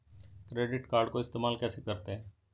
Credit card को इस्तेमाल कैसे करते हैं?